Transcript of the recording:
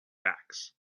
backs